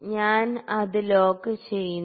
ഞാൻ അത് ലോക്ക് ചെയ്യുന്നു